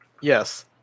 Yes